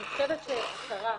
אני חושבת שהכרה,